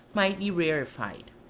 might be rarified.